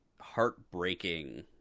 heartbreaking